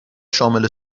شامل